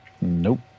Nope